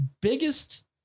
biggest